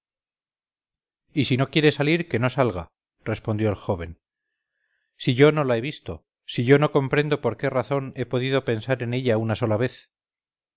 y si no quiere salir que no salga respondió el joven si yo no la he visto si yo no comprendo por qué razón he podido pensar en ella una sola vez